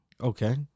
Okay